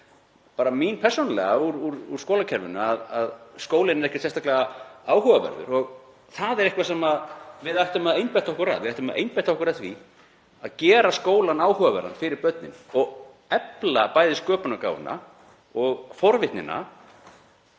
bara mín persónulega reynsla úr skólakerfinu, að skólinn er ekkert sérstaklega áhugaverður. Þetta er eitthvað sem við ættum að einbeita okkur að. Við ættum að einbeita okkur að því að gera skólann áhugaverðan fyrir börnin og efla bæði sköpunargáfuna og forvitnina.